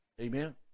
Amen